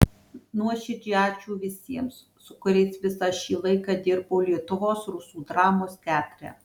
nuoširdžiai ačiū visiems su kuriais visą šį laiką dirbau lietuvos rusų dramos teatre